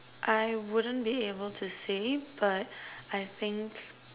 I wouldn't be able to say but I think